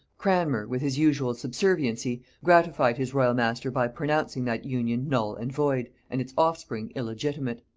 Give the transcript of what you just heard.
cranmer, with his usual subserviency, gratified his royal master by pronouncing that union null and void, and its offspring illegitimate.